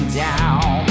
down